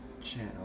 channel